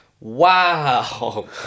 Wow